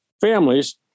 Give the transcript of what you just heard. families